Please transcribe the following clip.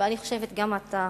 ואני חושבת גם אתה,